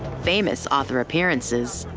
famous author appearances,